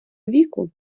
віку